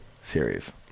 series